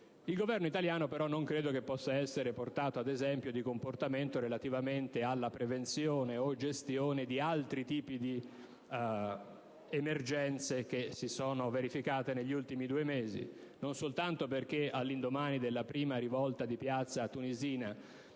Il Governo italiano, però, non credo possa essere portato ad esempio di comportamento relativamente alla prevenzione o gestione di altri tipi di emergenze che si sono verificate negli ultimi due mesi, non soltanto perché all'indomani della prima rivolta di piazza tunisina